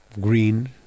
green